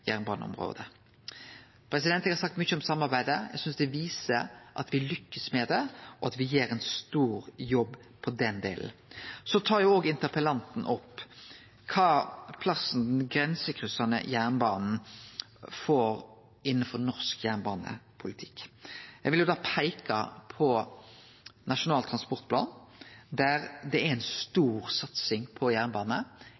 jernbaneområdet. Eg har sagt mykje om samarbeidet, eg synest det viser at me lukkast med det, og at me gjer ein stor jobb med det. Så tar òg interpellanten opp kva plass den grensekryssande jernbanen får innanfor norsk jernbanepolitikk. Eg vil berre peike på Nasjonal transportplan, der det er